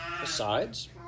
Besides